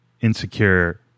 insecure